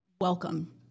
welcome